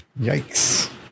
Yikes